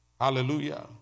Hallelujah